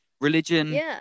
religion